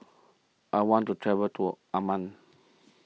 I want to travel to Amman